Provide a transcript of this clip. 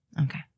okay